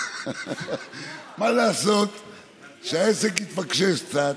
מה לעשות שהעסק התפקשש קצת